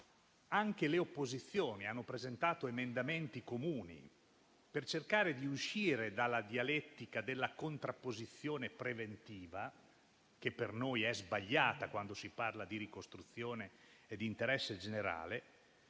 anche le opposizioni hanno presentato emendamenti comuni per cercare di uscire dalla dialettica della contrapposizione preventiva, che per noi è sbagliata quando si parla di ricostruzione e di interesse generale,